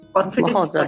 Confidence